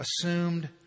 assumed